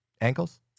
Ankles